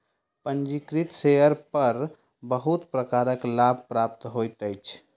पंजीकृत शेयर पर बहुत प्रकारक लाभ प्राप्त होइत अछि